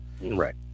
Right